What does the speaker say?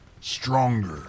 stronger